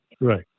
Right